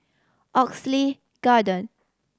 Oxley Garden